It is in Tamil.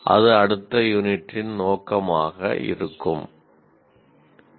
அது அடுத்த யூனிட்டின் நோக்கமாக இருக்கும்